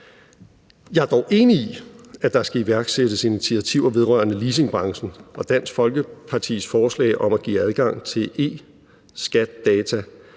Jeg er dog enig i, at der skal iværksættes initiativer vedrørende leasingbranchen. Og Dansk Folkepartis forslag om at give adgang til e-skat-data